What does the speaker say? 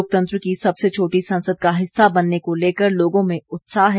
लोकतंत्र की सबसे छोटी संसद का हिस्सा बनने को लेकर लोगों में उत्साह है